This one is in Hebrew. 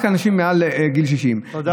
רק האנשים מעל גיל 60. תודה רבה.